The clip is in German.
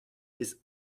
bis